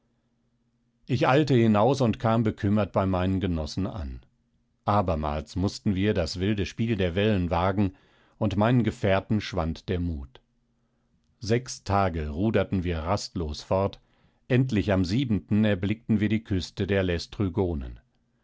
ich eilte hinaus und kam bekümmert bei meinen genossen an abermals mußten wir das wilde spiel der wellen wagen und meinen gefährten schwand der mut sechs tage ruderten wir rastlos fort endlich am siebenten erblickten wir die küste der